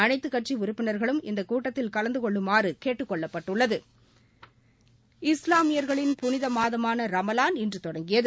அளைத்து கட்சி உறுப்பினர்களும் இந்தக் கூட்டத்தில் கலந்து கொள்ளுமாறு கேட்டுக் கொள்ளப்பட்டுள்ளது இஸ்லாமியர்களின் புனித மாதமான ரமலான் இன்று தொடங்கியது